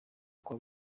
kwa